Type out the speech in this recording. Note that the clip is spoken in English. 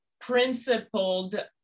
principled